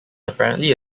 apparently